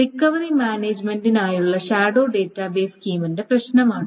recovery മാനേജുമെന്റിനായുള്ള shadow database സ്കീമിന്റെ പ്രശ്നമാണിത്